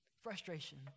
Frustration